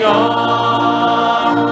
on